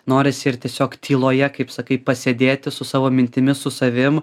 norisi ir tiesiog tyloje kaip sakai pasėdėti su savo mintimis su savim